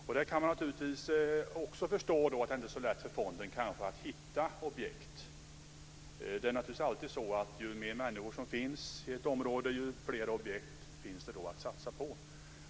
Man kan naturligtvis förstå att det inte är så lätt för fonden att hitta objekt. Ju mer människor som finns i ett område, desto fler objekt finns det att satsa på.